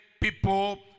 people